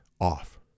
off